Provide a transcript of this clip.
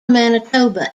manitoba